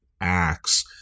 acts